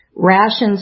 Rations